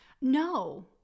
No